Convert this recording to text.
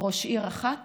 ראש עיר אחת